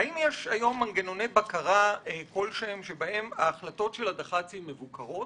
האם יש היום מנגנוני בקרה כלשהם שבהם ההחלטות של הדח"צים מבוקרות?